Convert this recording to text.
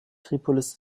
tripolis